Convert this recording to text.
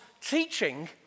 teaching